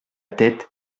tête